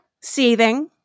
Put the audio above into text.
seething